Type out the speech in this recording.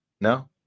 No